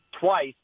twice